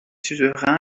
suzerains